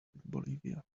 bolivia